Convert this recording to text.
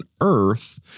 earth